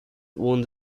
wound